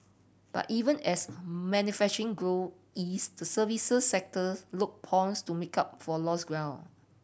but even as manufacturing grow eased the services sector look poised to make up for lost ground